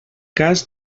cas